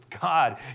God